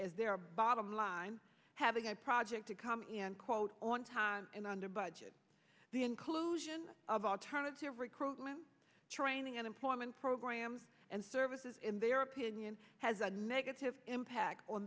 as their bottom line having a project to come in quote on time and under budget the inclusion of alternative recruitment training and employment programs and services in their opinion has a negative impact on